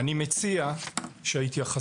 אני מציע שההתייחסות,